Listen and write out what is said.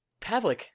Pavlik